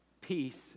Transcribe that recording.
Peace